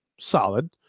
solid